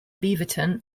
beaverton